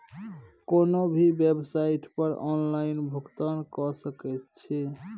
कोनो भी बेवसाइट पर ऑनलाइन भुगतान कए सकैत छी